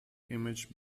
image